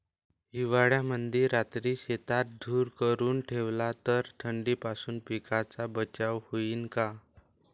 हिवाळ्यामंदी रात्री शेतात धुर करून ठेवला तर थंडीपासून पिकाचा बचाव होईन का?